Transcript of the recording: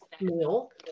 meal